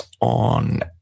on